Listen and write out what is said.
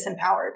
disempowered